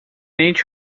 each